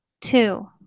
two